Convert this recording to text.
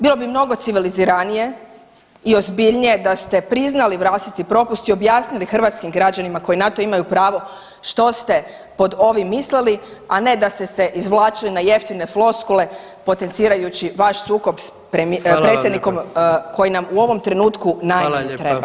Bilo bi mnogo civiliziranije i ozbiljnije da ste priznali vlastiti propust i objasnili hrvatskim građanima koji na to imaju pravo što ste pod ovim mislili, a ne da ste se izvlačili na jeftine floskule potencirajući vaš sukob s predsjednikom [[Upadica predsjednik: Hvala vam lijepa.]] koji nam u ovom trenutku najmanje treba.